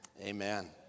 amen